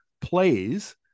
plays